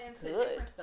good